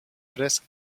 fresc